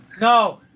no